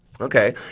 Okay